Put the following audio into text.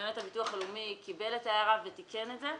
ובאמת הביטוח הלאומי קיבל את ההערה ותיקן את זה.